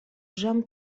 jean